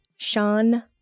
Sean